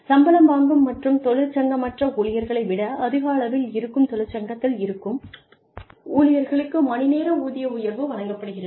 சம்பளம் வாங்கும் மற்றும் தொழிற்சங்கமற்ற ஊழியர்களை விட அதிக அளவில் இருக்கும் தொழிற்சங்கத்தில் இருக்கும் ஊழியர்களுக்கு மணிநேர ஊதிய உயர்வு வழங்கப்படுகிறது